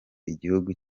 igihugu